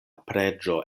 preĝo